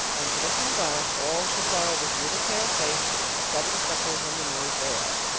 when she looked in the glass all she saw was a little pale face with seven freckles on the nose thereof.